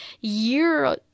year